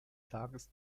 tages